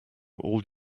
all